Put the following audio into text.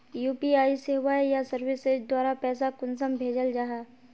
UPI सेवाएँ या services द्वारा पैसा कुंसम भेजाल जाहा?